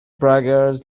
braggers